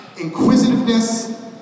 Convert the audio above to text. inquisitiveness